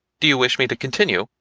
do you wish me to continue?